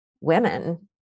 women